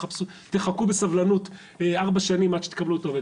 ותחכו בסבלנות 4 שנים עד שתקבלו את העובד",